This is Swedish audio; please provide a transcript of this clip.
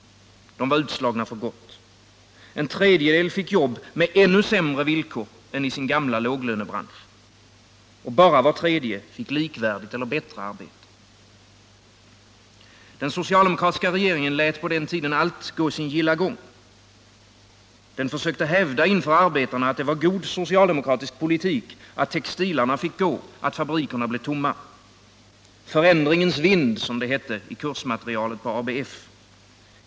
De var utslagna för gott. En tredjedel fick jobb med ännu sämre villkor än i sin gamla låglönebransch. Bara var tredje fick likvärdigt eller bättre arbete. Den socialdemokratiska regeringen lät på den tiden allt gå sin gilla gång. Den försökte hävda inför arbetarna att det var god socialdemokratisk politik att textilarna fick gå, att fabrikerna blev tomma. Det var ”förändringens vind”, som det hette i ABF:s kursmaterial.